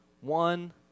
one